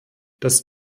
das